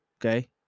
Okay